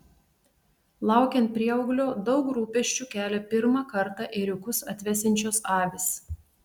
laukiant prieauglio daug rūpesčių kelia pirmą kartą ėriukus atvesiančios avys